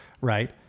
Right